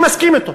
ואני מסכים אתו: